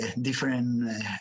different